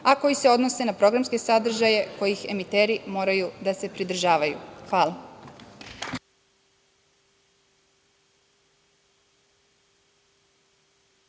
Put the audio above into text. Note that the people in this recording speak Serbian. a koji se odnose na programske sadržaje kojih emiteri moraju da se pridržavaju. Hvala.